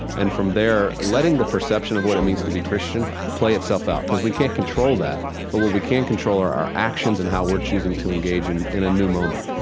and from there, letting the perception of what it means to be christian play itself out. because we can't control that but what we can control are our actions and how we're choosing to engage in in a new moment